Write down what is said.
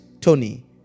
Tony